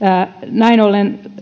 näin ollen